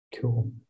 Cool